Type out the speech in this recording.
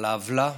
על העוולה.